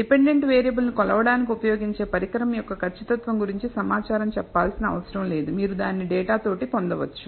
dependent variable ను కొలవడానికి ఉపయోగించే పరికరం యొక్క ఖచ్చితత్వం గురించి సమాచారం చెప్పాల్సిన అవసరం లేదు మీరు దాన్ని డేటా తోటి పొందవచ్చు